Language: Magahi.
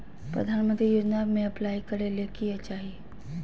प्रधानमंत्री योजना में अप्लाई करें ले की चाही?